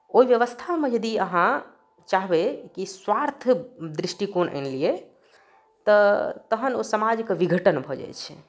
ओहि व्यवस्थामे यदि अहाँ चाहबै कि स्वार्थ दृष्टिकोण आनि लियै तऽ तखन ओ समाजके विघटन भऽ जाइ छै